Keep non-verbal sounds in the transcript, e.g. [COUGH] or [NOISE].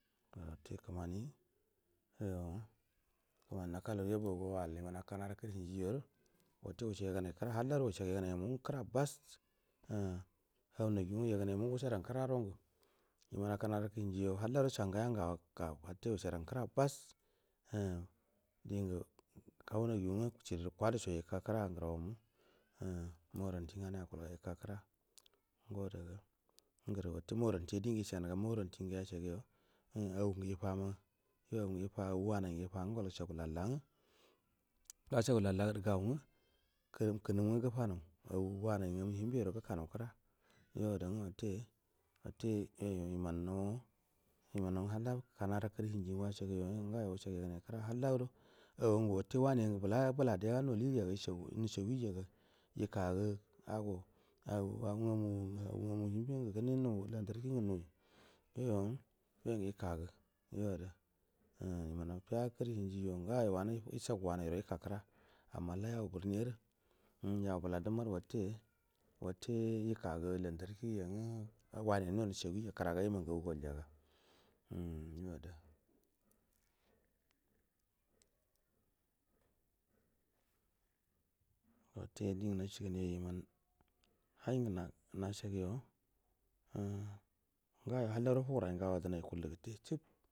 Ga watte kmani yok mani yakulu yaburagu wa alakan araku ruhin giroru watte wushe guy a gunai kra halla do wushe guy a gu nai ya mun ga kra bash umm hau na giyu ngu yagu nai ya mun ga wushe dan kra dongu iman akan arakuru hin gi yo halla do san gaya ga watte wushe dan kra bash umm dingu hau na gi yu ngu shiri ru kuwadu so ika kra ngura wo mu umm moranti nga nai akai ga ika kra umm ngo da ga nguru watte morantia dingu yisha nu ga morantingu yisha guyo au ngu ifama yo au ngu ifa au wan ai ngu ifan gu goi gus kagu lalla ngu gasha gu lallla gadu gau ngu knu knum ngu gu fa nau au wanai nga mu hinbe ro guka nau kra yo ada ngu watte watte yoyo iman nau wa iman ngu halla akan ara kuru hingi ngu washagu yo ngayo wusha gu yagu nai kra halla do yo yangu watte wanai yang u bula bula diga noli ja ga isagu nuusagi jaga yika gu ago ago au nga mu au ngamu hinbe ngu kine nu lantarki ngu nu yoi angu [UNINTELLIGIBLE] ima nan fiya karu hin gijo gayo wanu yisa gu wanai ro ika kra amma halla yau burni aru umm yau bula dummaru watte watte ikagur lantar ki yangu wunai noi nusaguyija kiraga iman ngagu goi ja ga uman hai ngu hai ngu nasha guy o umm nga yp halla do fugurai ngawa ga du nai ikaillu gutte chif.